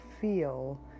feel